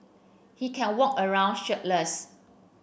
he can walk around shirtless